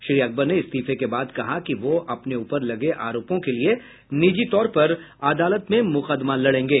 श्री अकबर ने इस्तीफे के बाद कहा कि वह अपने ऊपर लगे आरोपों के लिये निजी तौर पर अदालत में मुकदमा लड़ेंगे